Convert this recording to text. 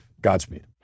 Godspeed